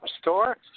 store